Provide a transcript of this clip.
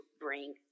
bring